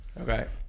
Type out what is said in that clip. Okay